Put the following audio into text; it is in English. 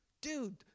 dude